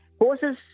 horses